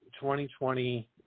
2020